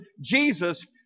Jesus